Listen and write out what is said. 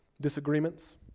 disagreements